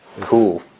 Cool